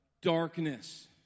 darkness